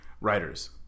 Writers